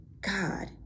God